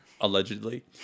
allegedly